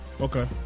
Okay